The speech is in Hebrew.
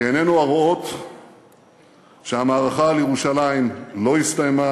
כי עינינו הרואות שהמערכה על ירושלים לא הסתיימה